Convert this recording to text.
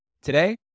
Today